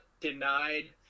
denied